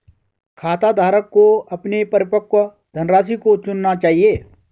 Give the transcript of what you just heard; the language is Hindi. खाताधारक को अपने परिपक्व धनराशि को चुनना चाहिए